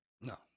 No